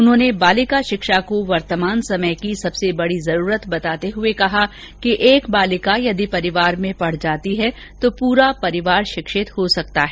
उन्होंने बालिका शिक्षा को वर्तमान समय की सबसे बडी जरूरत बताते हुए कहा कि एक बालिका यदि परिवार में पढ़ जाती है तो पूरा परिवार शिक्षित हो सकता है